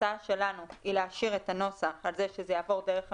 ההצעה שלנו היא לאשר את הנוסח על זה שזה יעבור דרך המשרדים,